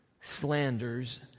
slanders